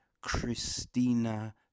Christina